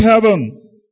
heaven